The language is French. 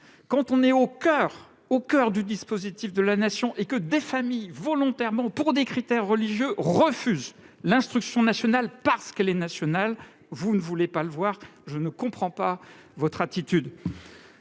que l'on est au coeur du dispositif de la Nation et que des familles, volontairement, sur des critères religieux, refusent l'instruction nationale parce qu'elle est nationale, vous ne vouliez pas le voir. Je ne comprends pas votre attitude.